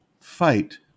fight